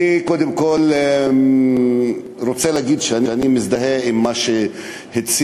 אני קודם כול רוצה להגיד שאני מזדהה עם מה שהציגה